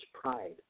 pride